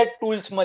tools